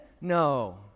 No